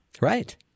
Right